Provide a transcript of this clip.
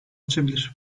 açabilir